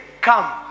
come